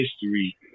history